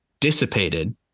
dissipated